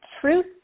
truth